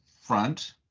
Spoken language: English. front